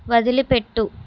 వదిలిపెట్టు